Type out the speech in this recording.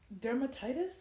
dermatitis